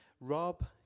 rob